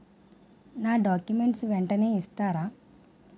నా డాక్యుమెంట్స్ వెంటనే ఇస్తారా?